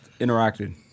interacted